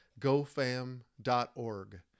gofam.org